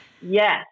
yes